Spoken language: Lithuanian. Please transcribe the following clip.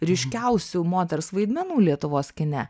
ryškiausių moters vaidmenų lietuvos kine